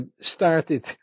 started